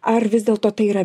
ar vis dėlto tai yra